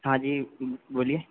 हाँ जी बोलिए